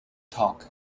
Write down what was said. talk